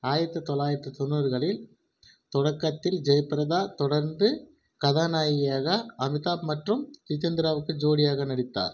ஆயிரத்தி தொள்ளாயிரத்தி தொண்ணூறுகளில் தொடக்கத்தில் ஜெயபிரதா தொடர்ந்து கதாநாயகியாக அமிதாப் மற்றும் ஜிதேந்திராவுக்கு ஜோடியாக நடித்தார்